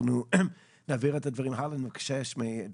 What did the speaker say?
אנחנו נעביר את הדברים הלאה ונבקש מדוקטור